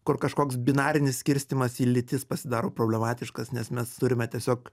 kur kažkoks binarinis skirstymas į lytis pasidaro problematiškas nes mes turime tiesiog